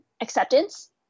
acceptance